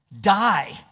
Die